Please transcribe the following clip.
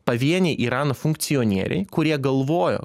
pavieniai irano funkcionieriai kurie galvojo